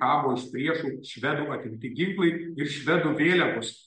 kabo iš priešų švedų atimti ginklai ir švedų vėliavos